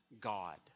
God